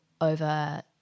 over